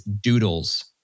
Doodles